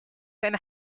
and